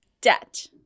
Debt